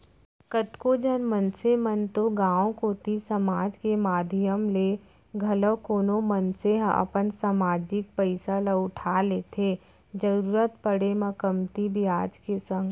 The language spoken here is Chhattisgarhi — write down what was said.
कतको झन मनसे मन तो गांव कोती समाज के माधियम ले घलौ कोनो मनसे ह अपन समाजिक पइसा ल उठा लेथे जरुरत पड़े म कमती बियाज के संग